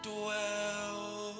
Dwell